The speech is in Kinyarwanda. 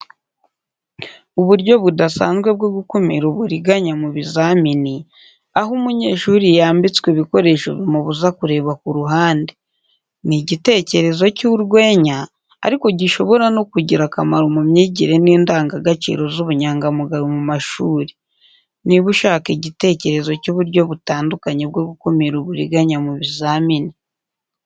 Uburyo budasanzwe bwo gukumira uburiganya mu bizamini, aho umunyeshuri yambitswe ibikoresho bimubuza kureba ku ruhande. Ni igitekerezo cy’urwenya ariko gishobora no kugira akamaro mu myigire n’indangagaciro z’ubunyangamugayo mu mashuri. Niba ushaka igitekerezo cy’uburyo butandukanye bwo gukumira uburiganya mu bizamini.